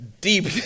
deep